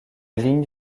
ligne